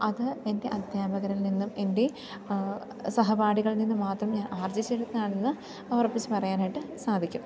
അത് എൻ്റെ അദ്ധ്യാപകരിൽ നിന്നും എൻ്റെ സഹപാഠികളിൽ നിന്നും മാത്രം ഞാൻ ആർജ്ജിച്ചെടുത്താണെന്ന് ഉറപ്പിച്ചു പറയാനായിട്ട് സാധിക്കും